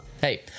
hey